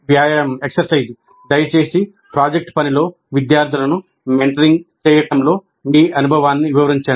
వ్యాయామం దయచేసి ప్రాజెక్ట్ పనిలో విద్యార్థులను మెంటరింగ్ చేయడంలో మీ అనుభవాన్ని వివరించండి